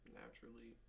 naturally